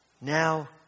now